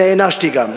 נענשתי גם,